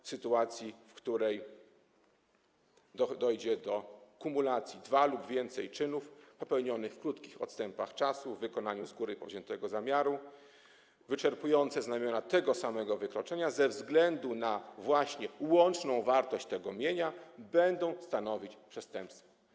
W sytuacji, w której dojdzie do kumulacji dwóch lub więcej czynów popełnionych w krótkich odstępach czasu, w wykonaniu z góry powziętego zamiaru wyczerpującego znamiona tego samego wykroczenia, ze względu na łączną wartość tego mienia będą one stanowić przestępstwo.